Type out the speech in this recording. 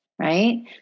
right